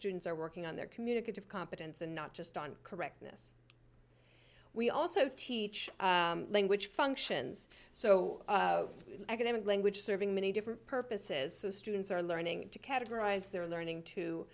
students are working on their communicative competence and not just on correctness we also teach language functions so academic language serving many different purposes so students are learning to categorize their learning to